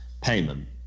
payment